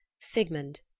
Sigmund